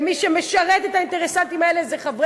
ומי שמשרת את האינטרסנטים האלה הם חברי